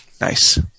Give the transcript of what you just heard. Nice